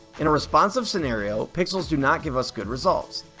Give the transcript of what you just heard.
in a responsive scenario pixels do not give us good results.